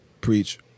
preach